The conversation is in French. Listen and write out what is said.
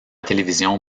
télévision